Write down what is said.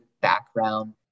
background